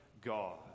God